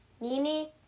Nini